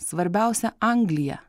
svarbiausia anglija